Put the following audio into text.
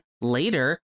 later